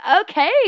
okay